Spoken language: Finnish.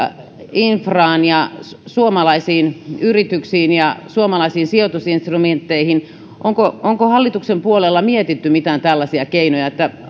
infraan ja suomalaisiin yrityksiin ja suomalaisiin sijoitusinstrumentteihin niin olisin kysynyt sellaisesta ajatuksesta onko hallituksen puolella mietitty mitään tällaisia keinoja